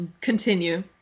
continue